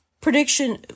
prediction